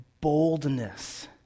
boldness